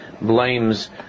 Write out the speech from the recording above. blames